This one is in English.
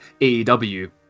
AEW